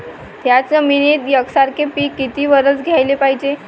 थ्याच जमिनीत यकसारखे पिकं किती वरसं घ्याले पायजे?